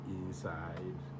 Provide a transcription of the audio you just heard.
inside